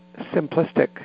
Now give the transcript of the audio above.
simplistic